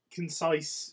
Concise